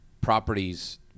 properties